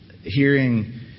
hearing